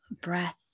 breath